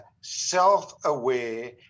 self-aware